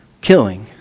killing